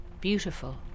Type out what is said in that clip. beautiful